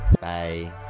Bye